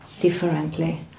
differently